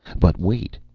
but wait!